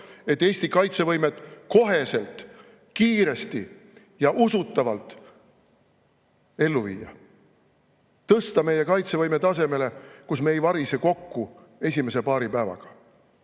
et Eesti kaitsevõimet kohe, kiiresti ja usutavalt [tõsta]. Et tõsta meie kaitsevõime tasemele, kus me ei varise kokku esimese paari päevaga.